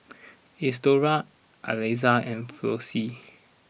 Isadora Aliza and Flossie